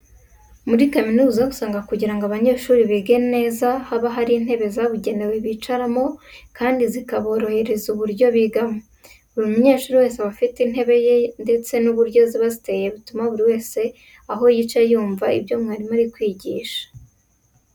Muri kaminuza usanga kugira ngo abanyeshuri bige neza haba hari intebe zabugenewe bicaramo kandi zikaborohereza uburyo bigamo. Buri munyeshuri wese aba afite intebe ye ndetse uburyo ziba ziteye bituma buri wese aho yicaye yumva ibyo mwarimu ari kwigisha.